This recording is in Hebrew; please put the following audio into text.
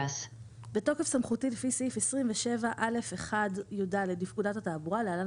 בתוקף סמכותי לפי סעיף 27א1(יד) לפקודת התעבורה (להלן,